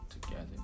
together